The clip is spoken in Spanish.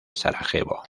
sarajevo